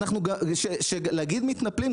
שלהגיד מתנפלים,